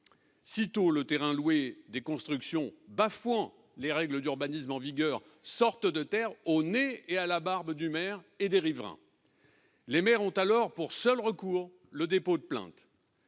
sitôt le terrain loué des constructions bafouant les règles d'urbanisme en vigueur sortent de terre au nez et à la barbe du maire et des riverains, les maires ont alors pour seul recours, le dépôt de plainte